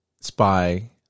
spy